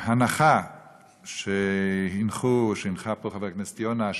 ההנחה שהניח פה חבר הכנסת יונה,